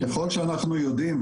ככל שאנחנו יודעים,